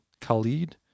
Khalid